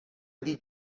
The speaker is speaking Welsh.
ydy